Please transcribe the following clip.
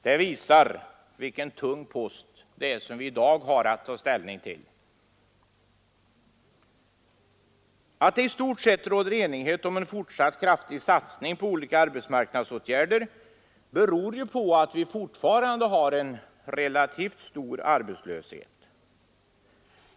Det visar vilken tung post vi i dag har att ta ställning till. Att det i stort sett rått enighet om en fortsatt kraftig satsning på olika arbetsmarknadsåtgärder beror ju på att vi fortfarande har en stor arbetslöshet.